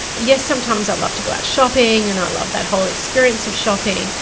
yes, sometimes i love to go out shopping and i love that whole experience of shopping,